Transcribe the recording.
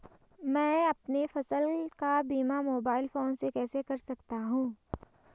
मैं अपनी फसल का बीमा मोबाइल फोन से कैसे कर सकता हूँ?